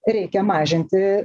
reikia mažinti